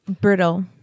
Brittle